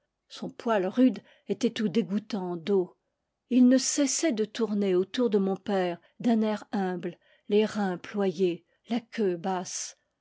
son poil rude était tout dégouttant d'eau et il ne cessait de tourner autour de mon père d'un air humble les reins ployés la queue basse